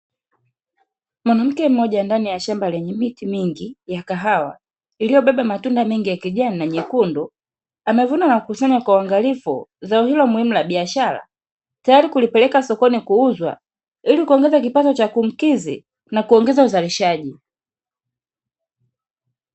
Mwanamke mmoja ndani ya shamba lenye miti mingi ya kahawa iliyobeba matunda mengi ya kijani na nyekundu, amevuna na kukusanya kwa uangalifu zao hilo muhimu la biashara tayari kulipeleka sokoni kuuzwa ili kuongeza kipato cha kumkizi na kuongeza uzalishaji.